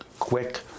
quick